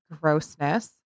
grossness